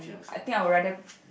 I think I would rather